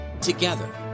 together